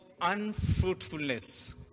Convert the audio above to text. unfruitfulness